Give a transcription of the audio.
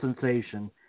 sensation